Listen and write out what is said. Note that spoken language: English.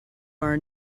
are